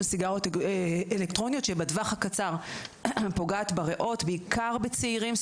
סיגריות אלקטרוניות שבטווח הקצר פוגעת בריאות בעיקר בצעירים,